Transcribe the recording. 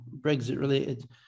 Brexit-related